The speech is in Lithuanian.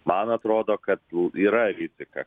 man atrodo kad yra rizika